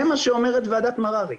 זה מה שאומרת ועדת מררי.